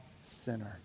sinner